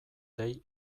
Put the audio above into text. dei